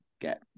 get